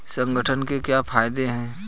संगठन के क्या फायदें हैं?